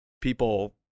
people